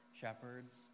shepherds